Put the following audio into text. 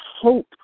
hope